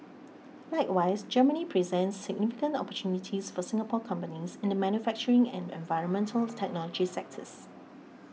likewise Germany presents significant opportunities for Singapore companies in the manufacturing and environmental technology sectors